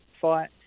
fight